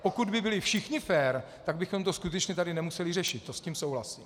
Pokud by byli všichni fér, tak bychom to skutečně tady nemuseli řešit, to s tím souhlasím.